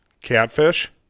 catfish